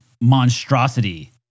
monstrosity